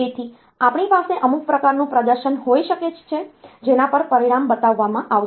તેથી આપણી પાસે અમુક પ્રકારનું પ્રદર્શન હોઈ શકે છે જેના પર પરિણામ બતાવવામાં આવશે